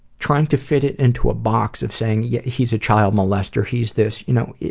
trying to fit it into a box of saying, yeah he's a child molester he's this, you know.